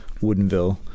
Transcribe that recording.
Woodenville